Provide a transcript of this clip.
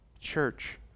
church